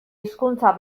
hizkuntza